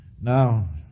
now